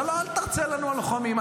אל תרצה לנו על לוחמים.